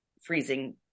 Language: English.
freezing